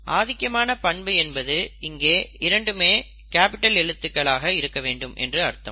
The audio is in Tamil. ஆதிக்கமான பண்பு என்பது இங்கே இரண்டுமே கேப்பிட்டல் எழுத்துக்கள் இருக்க வேண்டும் என்று அர்த்தம்